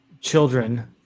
children